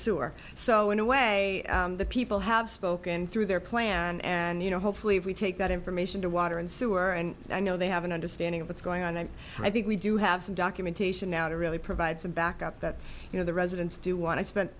sewer so in a way the people have spoken through their plan and you know hopefully we take that information to water and sewer and i know they have an understanding of what's going on and i think we do have some documentation now to really provide some backup that you know the residents do want to spen